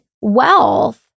wealth